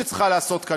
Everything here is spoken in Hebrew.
שצריכה להיעשות כאן,